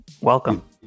Welcome